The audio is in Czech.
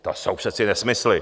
To jsou přece nesmysly.